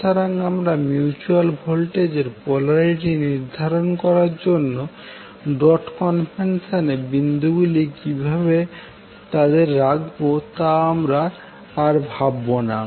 সুতরাং আমরা মিউচুয়াল ভোল্টেজের পোলারিটি নির্ধারণ করার জন্য ডট কনভেনশনে বিন্দুগুলি কীভাবে তাদের রাখব তা আমরা ভাববো না